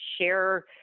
share